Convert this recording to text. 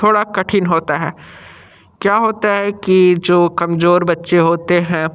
थोड़ा कठिन होता है क्या होता है कि जो कमजोर बच्चे होते हैं